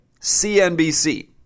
CNBC